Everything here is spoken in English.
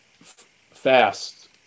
fast